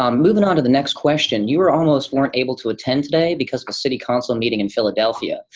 um moving on to the next question, you were almost weren't able to attend today because of a city council meeting in philadelphia.